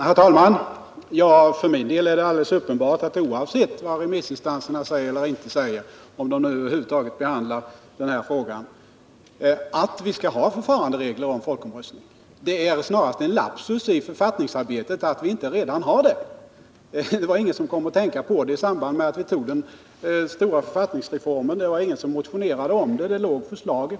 Herr talman! För mig är det alldeles uppenbart att vi oavsett vad remissinstanserna säger — om de nu över huvud taget behandlar den här frågan — skall ha förfaranderegler om folkomröstning. Det är snarast en lapsus i författningsarbetet att vi inte redan har sådana. Det var ingen som kom att tänka på den saken i samband med att vi fattade beslutet om den stora författningsreformen. Ingen motionerade i frågan.